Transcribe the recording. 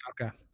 Okay